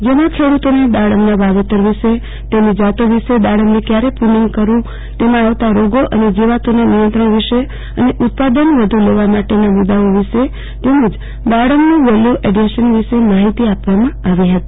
જેમાં ખેડૂતોને દાડમના વાવેતર વિશે તેની જાતો વિશે દાડમને ક્યારે પ્રુનિંગ કરવું તેમાં આવતા રોગો અને જિવાતોના નિયંત્રણ વિશે અને ઉત્પાદન વધુ લેવા માટેના મુદ્દાઓ વિશે તેમજ દાડમનું વેલ્યુ એડીશન વિશે માફિતી આપવામાં આવી હતી